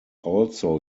also